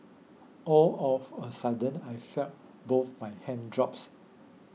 all of a sudden I felt both my hands drops